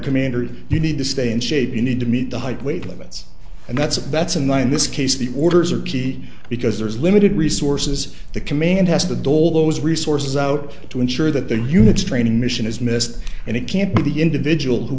commanders you need to stay in shape you need to meet the height weight limits and that's a bet someone in this case the orders are key because there is limited resources the command has to do all those resources out to ensure that their units training mission is missed and it can't be the individual who